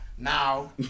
Now